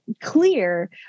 clear